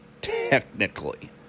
technically